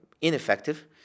ineffective